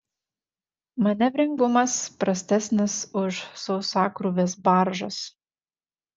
manevringumas prastesnis už sausakrūvės baržos